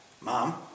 mom